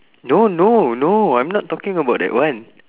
no no no I'm not talking about that one